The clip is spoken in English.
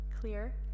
Clear